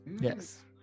Yes